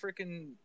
freaking